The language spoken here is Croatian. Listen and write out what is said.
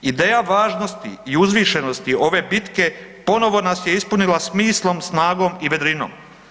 Ideja važnosti i uzvišenosti ove bitke ponovo nas je ispunila smislom, snagom i vedrinom.